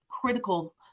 critical